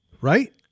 Right